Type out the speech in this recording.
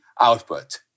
output